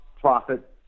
profit